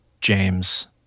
James